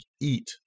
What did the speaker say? eat